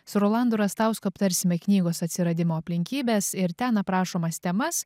su rolandu rastausku aptarsime knygos atsiradimo aplinkybes ir ten aprašomas temas